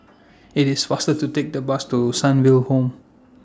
IT IS faster to Take The Bus to Sunnyville Home